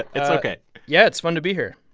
it's ok yeah. it's fun to be here.